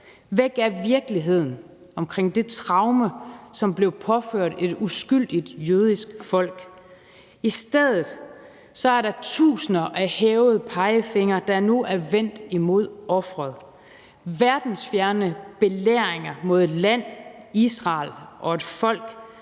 Væk er virkeligheden af det traume, som blev påført et uskyldigt jødisk folk. I stedet er der tusinder af hævede pegefingre, der nu er vendt imod offeret, og verdensfjerne belæringer rettet mod et land, Israel, og et folk,